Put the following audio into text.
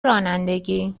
رانندگی